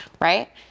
Right